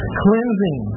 cleansing